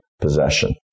possession